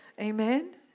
Amen